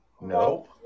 No